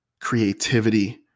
creativity